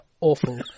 awful